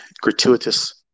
gratuitous